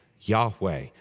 Yahweh